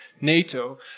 NATO